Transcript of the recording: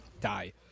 die